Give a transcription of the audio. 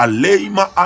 Aleima